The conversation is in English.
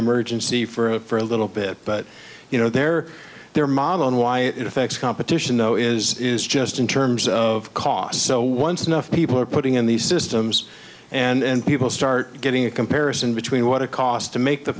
emergency for a little bit but you know their their model and why it effects competition though is is just in terms of cost so once enough people are putting in these systems and people start getting a comparison between what it costs to make the